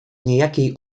niejakiej